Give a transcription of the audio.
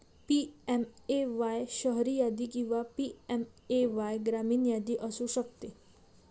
PMAY शहरी यादी किंवा पी.एम.ए.वाय ग्रामीण यादी असू शकते